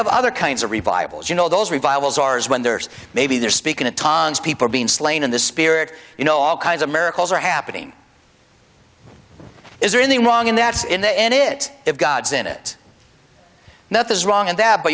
have other kinds of revivals you know those revivals ours when there's maybe they're speaking in tongues people are being slain in the spirit you know all kinds of miracles are happening is they're in the wrong and that's in the end it if god's in it nothing is wrong in that but